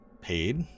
paid